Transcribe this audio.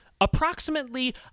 approximately